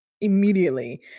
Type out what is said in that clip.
immediately